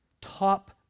top